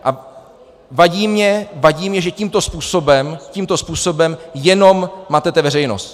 A vadí mně, vadí mně, že tímto způsobem, tímto způsobem jenom matete veřejnost.